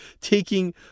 taking